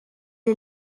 est